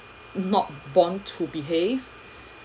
not born to behave